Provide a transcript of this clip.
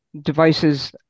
devices